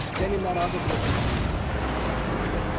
then in that other circumstance, q would still have to be true,